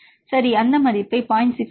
சரி அந்த மதிப்பை 0